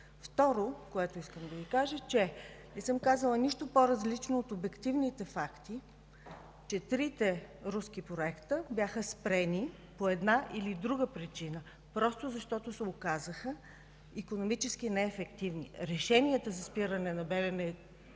Второто, което искам да Ви кажа, е, че не съм казала нищо по-различно от обективните факти, че трите руски проекта бяха спрени по една или друга причина, просто защото се оказаха икономически неефективни. Решението за спиране на „Белене”,